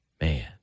Man